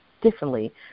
differently